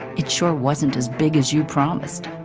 it sure wasn't as big as you promised.